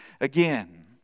again